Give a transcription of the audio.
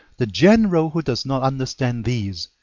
the general who does not understand these,